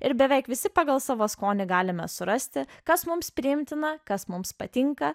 ir beveik visi pagal savo skonį galime surasti kas mums priimtina kas mums patinka